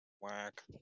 whack